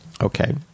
Okay